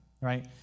right